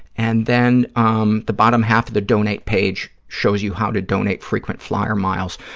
and then um the bottom half of the donate page shows you how to donate frequent flyer miles.